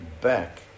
back